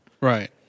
Right